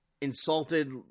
insulted